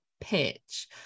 pitch